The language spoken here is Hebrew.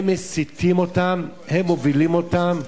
הם מסיתים אותם, הם מובילים אותם.